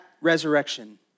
resurrection